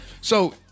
So-